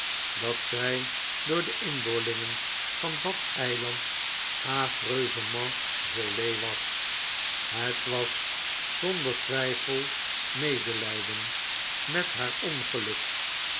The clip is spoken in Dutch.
dat zij door de inboorlingen van dat eiland affveusement vole was het was zonder twijfel medelijden met haar ongeluk